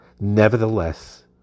Nevertheless